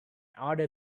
other